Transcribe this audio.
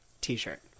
T-shirt